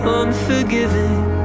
unforgiving